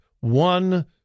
one